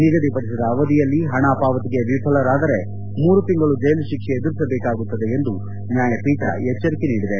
ನಿಗದಿ ಪಡಿಸಿದ ಅವಧಿಯಲ್ಲಿ ಪಣ ಪಾವತಿಗೆ ವಿಫಲರಾದರೆ ಮೂರು ತಿಂಗಳು ಜೈಲು ಶಿಕ್ಷೆ ಎದುರಿಸಬೇಕಾಗುತ್ತದೆ ಎಂದು ನ್ಯಾಯಪೀಠ ಎಚ್ವರಿಕೆ ನೀಡಿದೆ